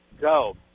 Go